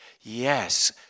Yes